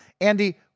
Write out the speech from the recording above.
andy